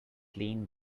clean